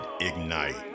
ignite